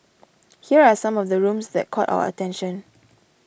here are some of the rooms that caught our attention